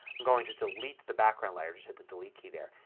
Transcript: i'm going to delete the background layer. just hit the delete key there.